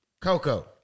Coco